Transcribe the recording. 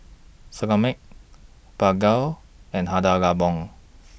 Similac Bargo and Hada Labo